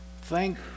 Thank